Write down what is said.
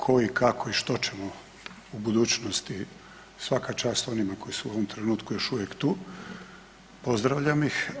Tko i kako i što ćemo u budućnosti, svaka čast onima koji su u ovom trenutku još uvijek tu, pozdravljam ih.